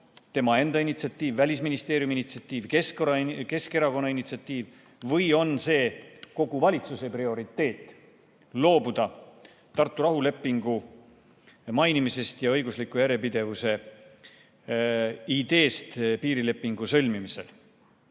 tema enda initsiatiiv, Välisministeeriumi initsiatiiv, Keskerakonna initsiatiiv või on see kogu valitsuse prioriteet, loobuda Tartu rahulepingu mainimisest ja õigusliku järjepidevuse ideest piirilepingu sõlmimisel.